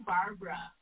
Barbara